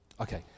Okay